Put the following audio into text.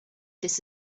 this